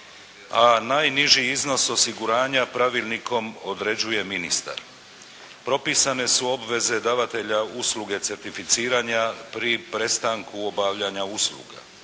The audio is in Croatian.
a najniži iznos osiguranja pravilnikom određuje ministar. Propisane su obveze davatelja usluge certificiranja pri prestanku obavljanja usluga.